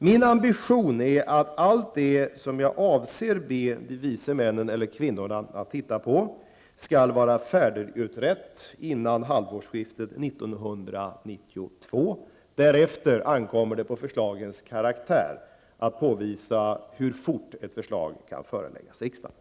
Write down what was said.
Min ambition är att allt det som jag avser be de vise männen eller kvinnorna att titta på skall vara färdigutrett före halvårsskiftet 1992. Därefter ankommer det på förslagens karaktär att påvisa hur fort ett förslag kan föreläggas riksdagen.